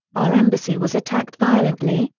our embassy was attacked violently,